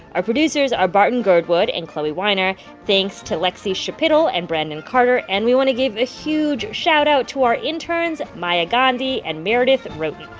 our producers are barton girdwood and chloee weiner. thanks to lexie schapitl and brandon carter. and we want to give a huge shoutout to our interns, maya gandhi and meredith roaten.